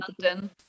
London